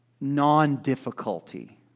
non-difficulty